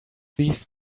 these